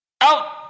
Out